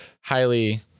highly